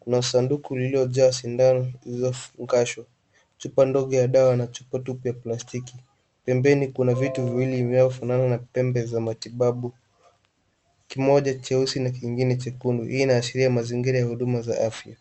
Kuna sanduku lililojaa sindano zilizofungashwa. Chupa ndogo ya dawa na chupa tupu ya plastiki. Pembeni kuna vitu viwili vinayofanana na pembe za matibabu, kimoja cheusi na kingine chekundu. Hii inaashiria mazingira ya huduma za afya.